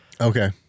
Okay